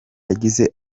yagize